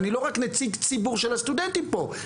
אני לא רק נציג ציבור של הסטודנטים פה,